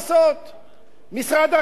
משרד הרווחה מטפל בהם,